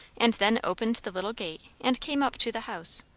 and then opened the little gate and came up to the house.